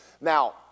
Now